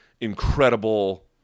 incredible